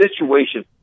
situation